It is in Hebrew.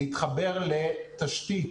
להתחבר לתשתית.